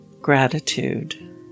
gratitude